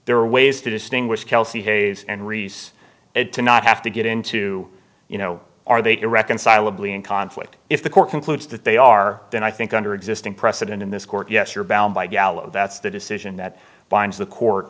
there are ways to distinguish kelsey hayes and rees and to not have to get into you know are they irreconcilably in conflict if the court concludes that they are then i think under existing precedent in this court yes you're bound by diallo that's the decision that binds the court